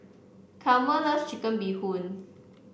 Chalmer loves Chicken Bee Hoon